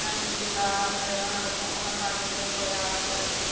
திருவிழா அந்த இதுலாம் நடக்கும் அதெலாம் பார்க்கவே ரொம்பவே ஆசையாக இருக்கும்